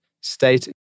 state